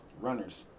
runners